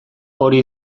hori